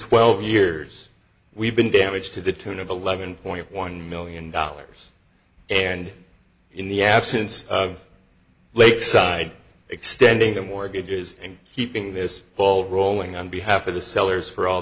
twelve years we've been damaged to the tune of eleven point one million dollars and in the absence of lakeside extending the mortgages and keeping this ball rolling on behalf of the sellers for all